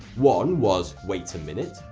one was wait a minute,